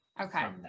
Okay